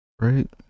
right